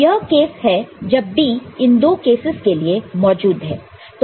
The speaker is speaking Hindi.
तो यह केस है जब B इन दो केसस के लिए मौजूद है